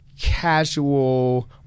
casual